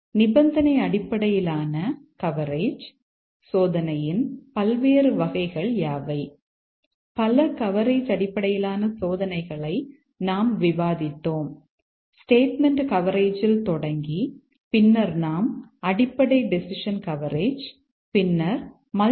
C D